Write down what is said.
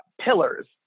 pillars